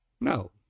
No